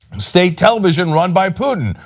state tv run by putin,